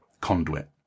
conduit